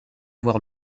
avoir